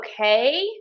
okay